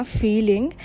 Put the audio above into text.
feeling